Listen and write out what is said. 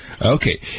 Okay